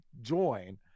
join